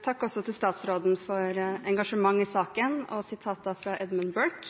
Takk til statsråden for engasjementet i saken og sitatet fra Edmund Burke,